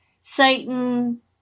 Satan